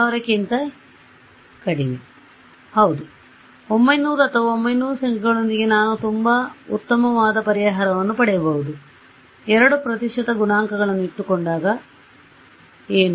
1000 ಕ್ಕಿಂತ ಕಡಿಮೆ ಹೌದು ಅದು 900 ಅಥವಾ 900 ಸಂಖ್ಯೆಗಳೊಂದಿಗೆ ನಾನು ತುಂಬಾ ಉತ್ತಮವಾದ ಪರಿಹಾರವನ್ನು ಪಡೆಯಬಹುದು 2 ಪ್ರತಿಶತ ಗುಣಾಂಕಗಳನ್ನು ಇಟ್ಟುಕೊಂಡಾಗ ಏನು